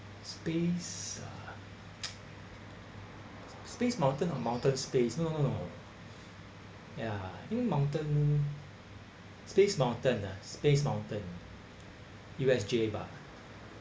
space ah space mountain or mountain space no no no ya I think mountain space mountain ah space mountain U_S_J bah